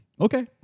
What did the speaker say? Okay